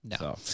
No